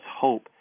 hope